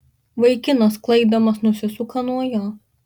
vaikinas klaikdamas nusisuka nuo jo